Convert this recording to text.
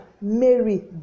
Mary